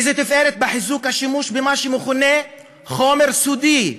איזה תפארת בחיזוק השימוש במה שמכונה חומר סודי?